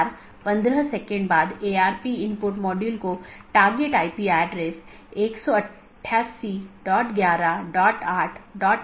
इसलिए मैं एकल प्रविष्टि में आकस्मिक रूटिंग विज्ञापन कर सकता हूं और ऐसा करने में यह मूल रूप से स्केल करने में मदद करता है